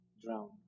drown